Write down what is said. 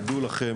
דעו לכם